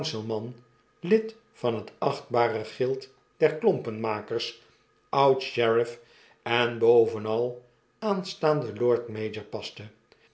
lid van het achtbare gild der klompenmakers oud s h e r i f f en bovenal aanstaanden lord mayor paste